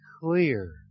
clear